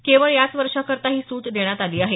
केवळ याच वर्षाकरता ही सूट देण्यात आली आहे